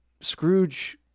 Scrooge